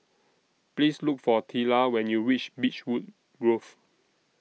Please Look For Tilla when YOU REACH Beechwood Grove